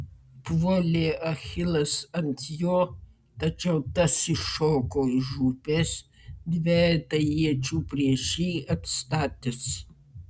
puolė achilas ant jo tačiau tas iššoko iš upės dvejetą iečių prieš jį atstatęs